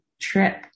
trip